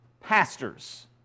pastors